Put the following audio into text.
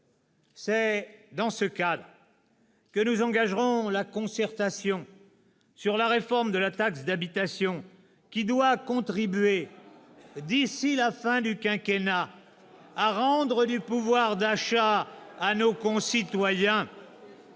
C'est dans ce cadre que nous engagerons la concertation sur la réforme de la taxe d'habitation, qui doit contribuer, d'ici la fin du quinquennat, à rendre du pouvoir d'achat à nos concitoyens.